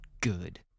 Good